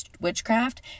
witchcraft